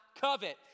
covet